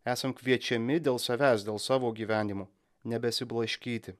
esam kviečiami dėl savęs dėl savo gyvenimų nebesiblaškyti